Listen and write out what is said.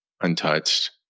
untouched